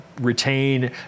retain